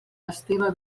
esteve